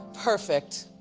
perfect,